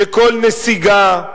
שכל נסיגה,